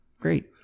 great